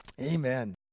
Amen